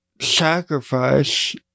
sacrifice